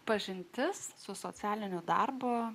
pažintis su socialiniu darbu